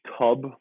tub